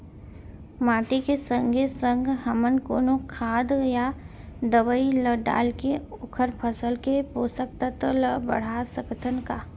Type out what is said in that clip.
माटी के संगे संग हमन कोनो खाद या दवई ल डालके ओखर फसल के पोषकतत्त्व ल बढ़ा सकथन का?